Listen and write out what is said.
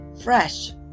fresh